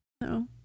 No